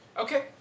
Okay